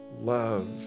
love